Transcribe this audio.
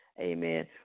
Amen